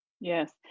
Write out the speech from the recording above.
Yes